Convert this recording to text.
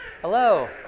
Hello